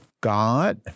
God